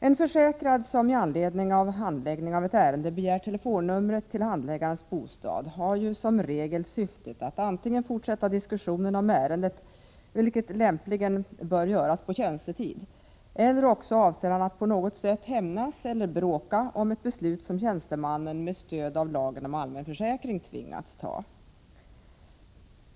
En försäkrad som i anledning av handläggning av ett ärende begär telefonnumret till handläggarens bostad har ju som regel antingen syftet att fortsätta diskussionen om ärendet, vilket lämpligen bör göras på tjänstetid, eller också avser han att på något sätt hämnas eller bråka om ett beslut som tjänstemannen med stöd av lagen om allmän försäkring tvingats ta.